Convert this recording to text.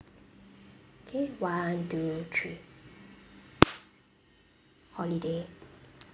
okay one two three holiday